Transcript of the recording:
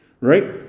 Right